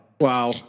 Wow